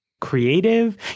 creative